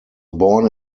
born